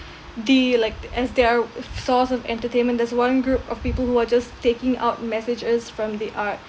the like as their source of entertainment there's one group of people who are just taking out messages from the art